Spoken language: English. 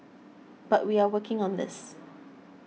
but we are working on this